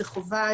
זה חובה,